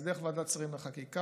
וזה דרך ועדת שרים לחקיקה,